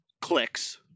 clicks